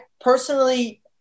personally